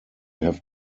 have